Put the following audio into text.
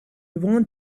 want